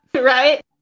Right